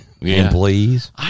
employees